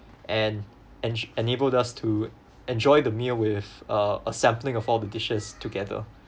and ensu~ enabled us to enjoy the meal with uh a sampling of all the dishes together